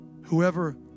Whoever